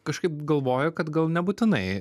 kažkaip galvoju kad gal nebūtinai